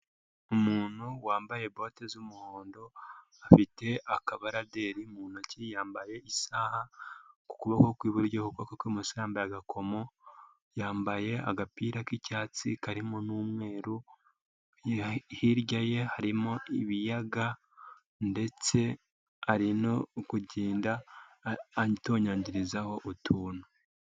Umuntu wambaye bote z'umuhondo afite akabaraderi mu ntoki, yambaye isaha ku kuboko kw'iburyo, ku kuboko kw'ibumoso yambaye agakomo. Yambaye agapira k'icyatsi karimo n'umweru, hirya ye harimo ibiyaga ndetse ari no kugenda antonyangirizaho utuntu.